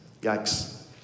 Yikes